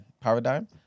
paradigm